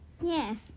Yes